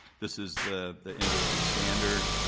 this is the the industry standard.